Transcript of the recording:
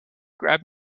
grab